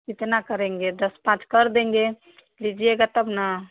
कितना करेंगे दस पाँच कर देंगे लीजिएगा तब ना